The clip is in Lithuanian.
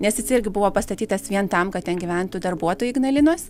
nes jis irgi buvo pastatytas vien tam kad ten gyventų darbuotojai ignalinos